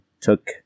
took